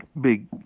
big